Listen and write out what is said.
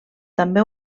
també